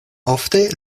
ofte